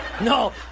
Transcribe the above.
No